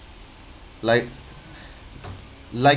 like like